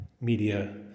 media